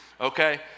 Okay